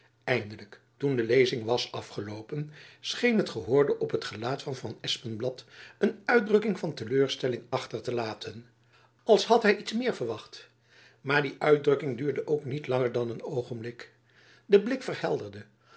eindelijk toen de lezing was afgeloopen scheen het gehoorde op het gelaat van van espenblad een uitdrukking van te leur stelling achter te laten als had hy iets meer verwacht maar die uitdrukking duurde ook niet langer dan een oogenblik de blik verhelderde